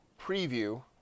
preview